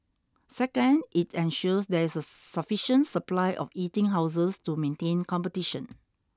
second it ensures there is a sufficient supply of eating houses to maintain competition